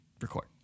record